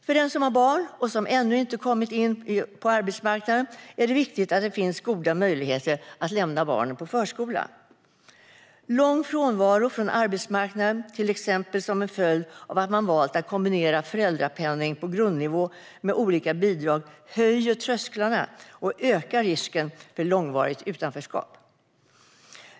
För den som har barn och som ännu inte har kommit in på arbetsmarknaden är det viktigt att det finns goda möjligheter att lämna barnen på förskola. Lång frånvaro från arbetsmarknaden, till exempel som en följd av att man har valt att kombinera föräldrapenning på grundnivå med olika bidrag, höjer trösklarna och ökar risken för långvarigt utanförskap.